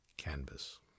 Canvas